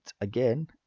again